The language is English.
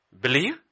believe